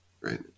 right